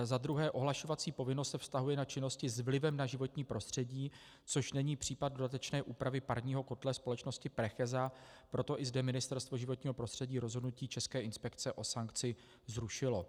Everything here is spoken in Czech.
Za druhé, ohlašovací povinnost se vztahuje na činnosti s vlivem na životní prostředí, což není případ dodatečné úpravy parního kotle společnosti Precheza, proto i zde Ministerstvo životního prostředí rozhodnutí České inspekce o sankci zrušilo.